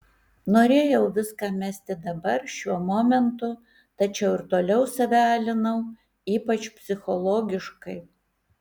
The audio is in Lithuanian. norėjau viską mesti dabar šiuo momentu tačiau ir toliau save alinau ypač psichologiškai